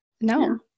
No